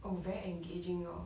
oh very engaging lor